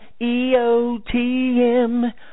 EOTM